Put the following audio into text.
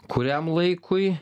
kuriam laikui